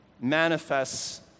manifests